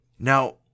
Now